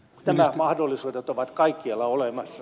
nämä mahdollisuudet ovat kaikkialla olemassa